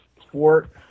sport